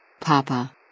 Papa